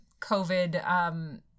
COVID